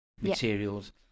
materials